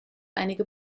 einige